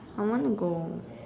I wanna go